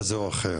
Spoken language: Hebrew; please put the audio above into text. כזה או אחר,